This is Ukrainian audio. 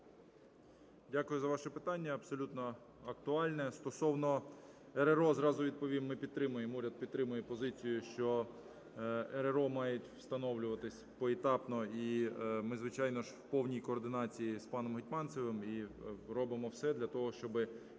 Дякую за ваше питання абсолютно актуальне. Стосовно РРО, зразу відповім: ми підтримуємо, уряд підтримує позицію, що РРО мають встановлюватись поетапно і ми, звичайно ж, в повній координації з паном Гетманцевим і робимо все для того, щоб